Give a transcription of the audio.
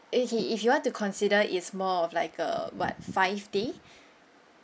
if he if you want to consider is more of like a !what! five day